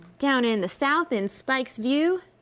down in the south in spike's view.